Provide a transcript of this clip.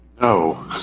No